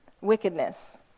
wickedness